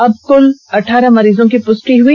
कल कुल अठारह मरीजों की पुष्टि हुई